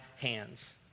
hands